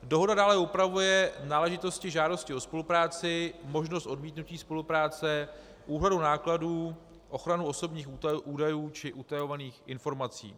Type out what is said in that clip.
Dohoda dále upravuje náležitosti žádosti o spolupráci, možnost odmítnutí spolupráce, úhradu nákladů, ochranu osobních údajů či utajovaných informací.